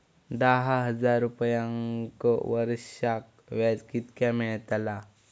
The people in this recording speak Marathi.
दहा हजार रुपयांक वर्षाक व्याज कितक्या मेलताला?